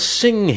sing